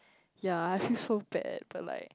yea I feel so bad I feel like